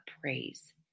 praise